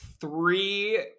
three